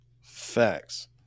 Facts